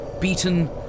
Beaten